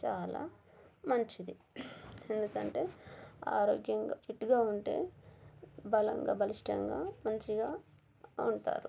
చాలా మంచిది ఎందుకంటే ఆరోగ్యంగా ఫిట్గా ఉంటే బలంగా బలిష్టంగా మంచిగా ఉంటారు